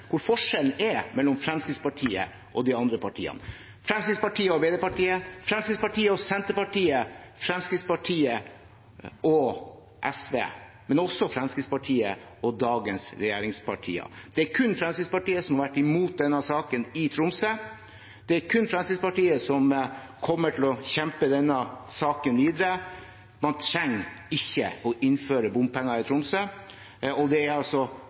forskjellen går mellom Fremskrittspartiet og de andre partiene – mellom Fremskrittspartiet og Arbeiderpartiet, mellom Fremskrittspartiet og Senterpartiet og mellom Fremskrittspartiet og SV, men også mellom Fremskrittspartiet og dagens regjeringspartier. Det er kun Fremskrittspartiet som har vært imot denne saken i Tromsø. Det er kun Fremskrittspartiet som kommer til å kjempe denne saken videre. Man trenger ikke å innføre bompenger i Tromsø, og det